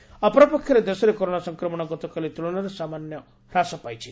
corona India ଅପରପକ୍ଷରେ ଦେଶରେ corona ସଂକ୍ରମଶ ଗତକାଲି ତୁଳନାରେ ସାମାନ୍ୟ ହ୍ରାସ ପାଇଛି